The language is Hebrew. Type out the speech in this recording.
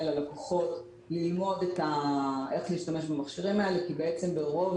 ללקוחות ללמוד איך להשתמש במכשירים האלה כי בעצם רוב